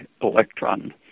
electron